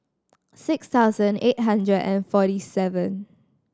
six thousand eight hundred and forty seven